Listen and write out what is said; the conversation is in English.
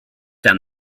down